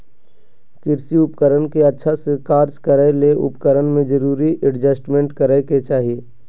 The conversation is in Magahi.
कृषि उपकरण के अच्छा से कार्य करै ले उपकरण में जरूरी एडजस्टमेंट करै के चाही